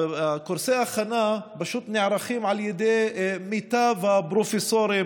קורסי ההכנה נערכים על ידי מיטב הפרופסורים,